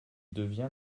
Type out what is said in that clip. devient